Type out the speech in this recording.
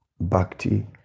Bhakti